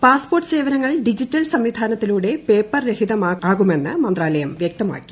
passport സേവനങ്ങൾ digital സംവിധാനത്തിലൂടെ പേപ്പർരഹിതമാക്കാനാകുമെന്ന് മന്ത്രാലയം വ്യക്തമാക്കി